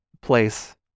place